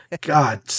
God